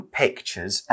pictures